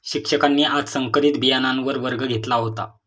शिक्षकांनी आज संकरित बियाणांवर वर्ग घेतला होता